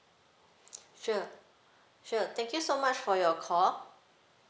sure sure thank you so much for your call